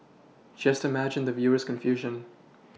just imagine the viewer's confusion